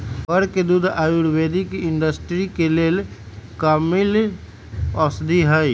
बड़ के दूध आयुर्वैदिक इंडस्ट्री के लेल कामिल औषधि हई